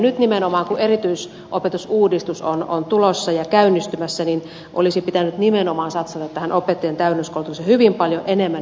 nyt nimenomaan kun erityisopetusuudistus on tulossa ja käynnistymässä olisi pitänyt nimenomaan satsata opettajien täydennyskoulutukseen hyvin paljon enemmän